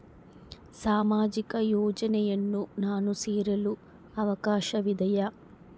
ಸಾಮಾಜಿಕ ಯೋಜನೆಯನ್ನು ನಾನು ಸೇರಲು ಅವಕಾಶವಿದೆಯಾ?